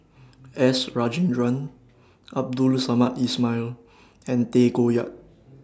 S Rajendran Abdul Samad Ismail and Tay Koh Yat